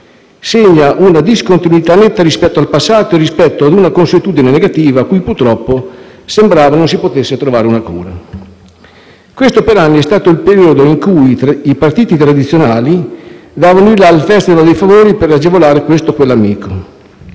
segna una discontinuità netta rispetto al passato e rispetto a una consuetudine negativa, cui purtroppo sembrava non si potesse trovare una cura. Questo per anni è stato il periodo in cui i partiti tradizionali "davano il La" al "*festival* dei favori" per agevolare questo o quell'amico.